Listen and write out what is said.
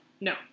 No